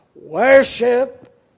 Worship